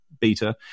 beta